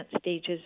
stages